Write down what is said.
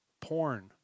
porn